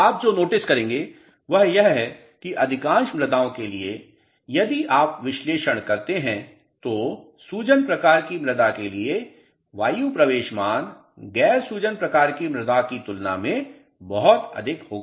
आप जो नोटिस करेंगे वह यह है कि अधिकांश मृदाओं के लिए यदि आप विश्लेषण करते हैं तो सूजन प्रकार की मृदा के लिए वायु प्रवेश मान गैर सूजन प्रकार की मृदा की तुलना में बहुत अधिक होगा